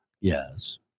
yes